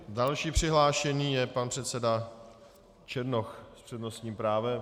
Další přihlášený je pan předseda Černoch s přednostním právem.